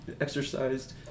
exercised